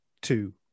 two